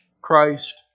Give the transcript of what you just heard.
Christ